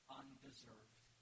undeserved